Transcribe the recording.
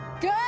good